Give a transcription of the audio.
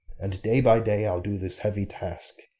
and day by day i'll do this heavy task,